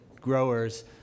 growers